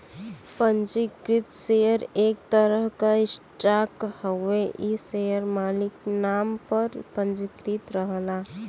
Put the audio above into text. पंजीकृत शेयर एक तरह क स्टॉक हउवे इ शेयर मालिक नाम पर पंजीकृत रहला